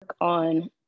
on